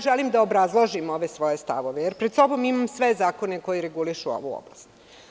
Želim da obrazložim svoje stavove, jer pred sobom imam sve zakone koji regulišu ovu oblast.